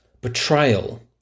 betrayal